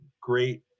great